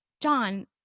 john